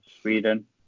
Sweden